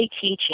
teaching